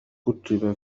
كتب